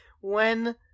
when-